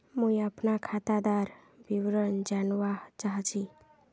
मुई अपना खातादार विवरण जानवा चाहची?